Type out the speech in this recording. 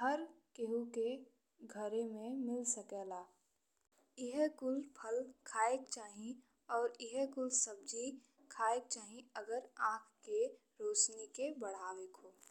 हर केहू के घर में मिल सकला। एह कुल फल खाए के चाही और एह कुल सब्जी खाए के चाही अगर आंख के रोशनी के बढ़ावेके हो।